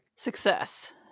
Success